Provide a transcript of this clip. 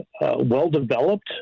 well-developed